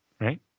right